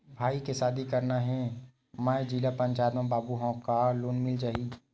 भाई के शादी करना हे मैं जिला पंचायत मा बाबू हाव कतका लोन मिल जाही?